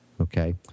Okay